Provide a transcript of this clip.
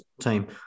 team